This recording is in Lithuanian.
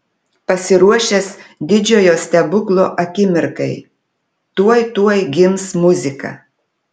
pasiruošęs didžiojo stebuklo akimirkai tuoj tuoj gims muzika